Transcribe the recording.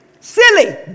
Silly